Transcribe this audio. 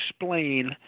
explain